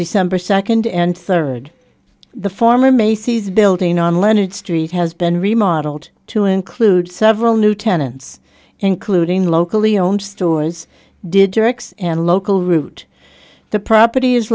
december second and third the former macy's building on leonard street has been remodeled to include several new tenants including locally owned stores did directs and local route the property is